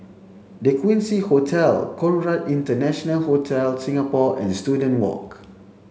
the Quincy Hotel Conrad International Hotel Singapore and Student Walk